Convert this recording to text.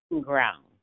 ground